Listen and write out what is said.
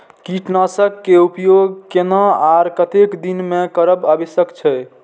कीटनाशक के उपयोग केना आर कतेक दिन में करब आवश्यक छै?